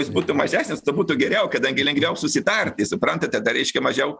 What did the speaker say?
jis būtų mažesnis tuo būtų geriau kadangi lengviau susitarti suprantate dar reiškia mažiau